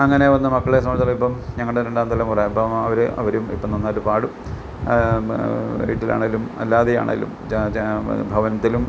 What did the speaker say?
അങ്ങനെ ഒന്നും മക്കളെ സംബന്ധിച്ചിടത്തോളം ഇപ്പം ഞങ്ങളുടെ രണ്ടാം തലമുറ ഇപ്പം അവർ അവർ ഇപ്പം നന്നായിട്ട് പാടും ഇവിടെ വീട്ടിലാണേലും അല്ലാതെ ആണേലും ഭവനത്തിലും